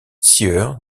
sieur